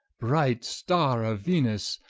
bright starre of venus,